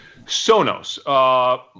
Sonos